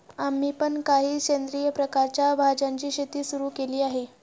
आम्ही पण काही सेंद्रिय प्रकारच्या भाज्यांची शेती सुरू केली आहे